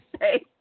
say